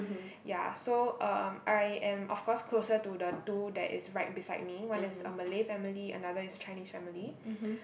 ya so um I am of course closer to the two that is right beside me one is a Malay family another is a Chinese family